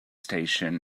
station